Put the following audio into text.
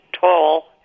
tall